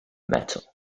metal